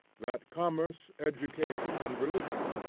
that commerce, education, and religion,